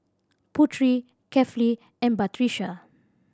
Putri Kefli and Batrisya